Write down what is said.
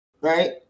right